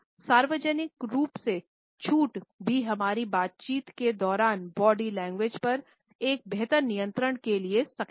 सार्वजनिक रूप से छूट भी हमारी बातचीत के दौरान बॉडी लैंग्वेज पर एक बेहतर नियंत्रण के लिए सक्षम हैं